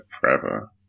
forever